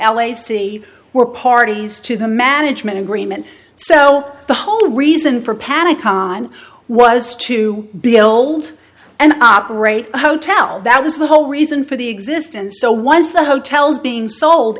city were parties to the management agreement so the whole reason for panic on was to build and operate a hotel that was the whole reason for the existence so once the hotels being sold